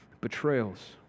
betrayals